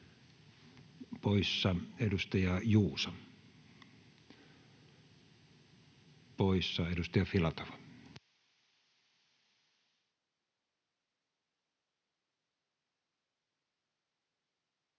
poissa, edustaja Juuso poissa. — Edustaja Filatov.